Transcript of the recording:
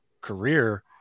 career